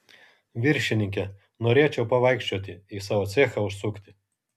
viršininke norėčiau pavaikščioti į savo cechą užsukti